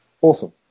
awesome